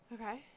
okay